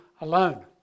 alone